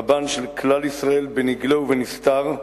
רבן של כלל ישראל בנגלה ובנסתר,